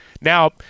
Now